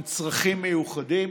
עם צרכים מיוחדים,